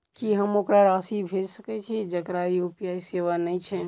की हम ओकरा राशि भेजि सकै छी जकरा यु.पी.आई सेवा नै छै?